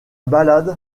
ballade